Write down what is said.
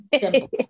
simple